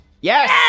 Yes